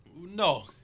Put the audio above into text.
No